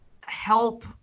help